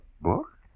Book